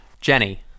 Jenny